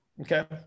Okay